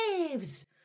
waves